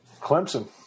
Clemson